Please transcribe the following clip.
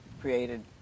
created